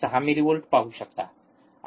६ millivolt पाहू शकता